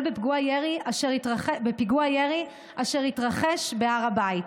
בנפגעים בפיגוע ירי אשר התרחש בהר הבית,